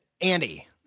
Andy